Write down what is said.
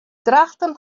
drachten